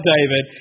David